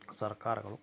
ಸರ್ಕಾರಗಳು